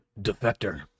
Defector